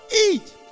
eat